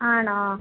ആണോ